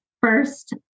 first